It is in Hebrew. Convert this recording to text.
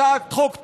הצעת חוק טובה,